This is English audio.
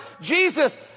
Jesus